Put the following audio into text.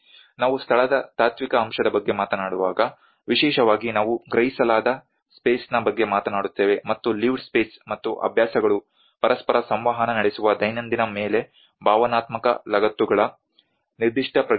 ನಾವು ಸ್ಥಳದ ತಾತ್ವಿಕ ಅಂಶದ ಬಗ್ಗೆ ಮಾತನಾಡುವಾಗ ವಿಶೇಷವಾಗಿ ನಾವು ಗ್ರಹಿಸಲಾದ ಸ್ಪೇಸ್ನ ಬಗ್ಗೆ ಮಾತನಾಡುತ್ತೇವೆ ಮತ್ತು ಲಿವ್ಡ್ ಸ್ಪೇಸ್ ಮತ್ತು ಅಭ್ಯಾಸಗಳು ಪರಸ್ಪರ ಸಂವಹನ ನಡೆಸುವ ದೈನಂದಿನ ಮೇಲೆ ಭಾವನಾತ್ಮಕ ಲಗತ್ತುಗಳ ನಿರ್ದಿಷ್ಟ ಪ್ರಜ್ಞೆ ಇರುತ್ತವೆ